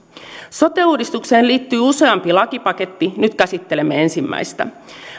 sote uudistukseen liittyy useampi lakipaketti nyt käsittelemme ensimmäistä